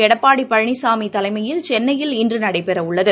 எடப்பாடிபழனிசாமிதலைமையில் சென்னையில் இன்றுநடைபெறஉள்ளது